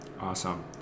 awesome